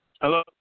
Hello